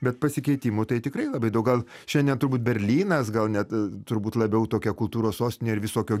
bet pasikeitimų tai tikrai labai daug gal šiandien turbūt berlynas gal net turbūt labiau tokia kultūros sostinė ir visokio